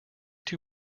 two